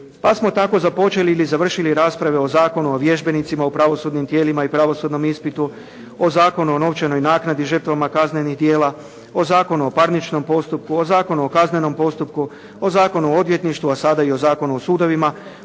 Pa smo tako započeli ili završili rasprave o Zakonu o vježbenicima u pravosudnim tijelima i pravosudnom ispitu, o Zakonu o novčanoj naknadi žrtvama kaznenih djela, o Zakonu o parničnom postupku, o Zakonu o kaznenom postupku, o Zakonu o odvjetništvu, a sada i o Zakonu o sudovima